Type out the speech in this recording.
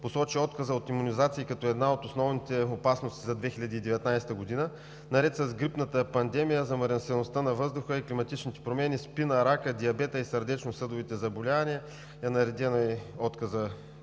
посочва отказа от имунизации като една от основните опасности за 2019 г. Наред с грипната пандемия, замърсеността на въздуха и климатичните промени, спина, рака, диабета и сърдечносъдовите заболявания е нареден и отказът